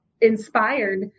inspired